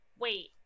wait